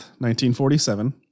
1947